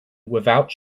without